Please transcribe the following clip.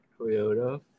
Toyota